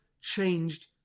changed